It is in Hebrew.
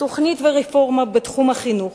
תוכניות ורפורמות בתחום החינוך,